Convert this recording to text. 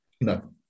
No